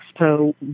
expo